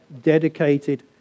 dedicated